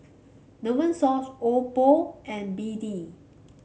Novosource Oppo and B D